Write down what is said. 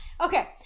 okay